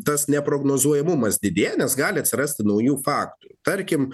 tas neprognozuojamumas didėja nes gali atsirasti naujų faktų tarkim